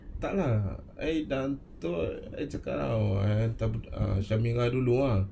tak lah I dah hantar I cakap err tak b~ shaminah dulu ah